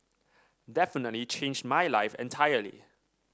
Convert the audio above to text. definitely changed my life entirely